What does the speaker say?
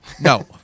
No